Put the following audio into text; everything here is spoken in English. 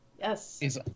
Yes